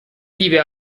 vive